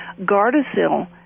Gardasil